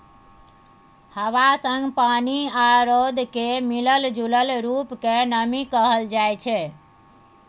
हबा संग पानि आ रौद केर मिलल जूलल रुप केँ नमी कहल जाइ छै